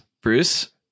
Bruce